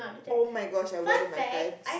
oh-my-gosh I went with my friends